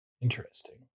Interesting